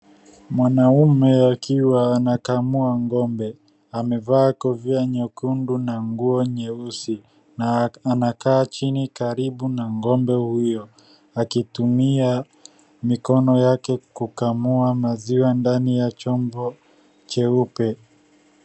Mwanaume akiwa anakamua ng'ombe. Amevaa kofia nyekundu na nguo nyeusi na anakaa chini karibu na ng'ombe huyo akitumia mikono yake kukamua maziwa ndani ya chombo cheupe.